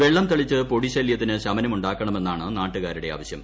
വെള്ളം തളിച്ച് പൊടിശലൃത്തിന് ശമനമുണ്ടാക്കണമെന്നാണ് നാട്ടുകാരുടെ ആവശ്യം